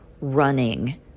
running